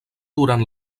durant